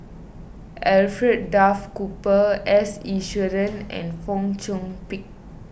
Alfred Duff Cooper S Iswaran and Fong Chong Pik